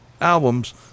albums